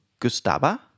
gustaba